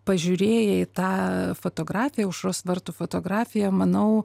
pažiūrėję į tą fotografiją aušros vartų fotografiją manau